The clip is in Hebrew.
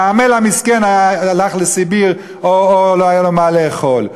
והעמל המסכן הלך לסיביר או לא היה לו מה לאכול.